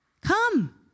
Come